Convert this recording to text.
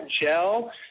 gel